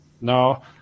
Now